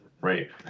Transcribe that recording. Right